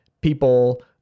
people